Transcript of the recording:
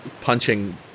punching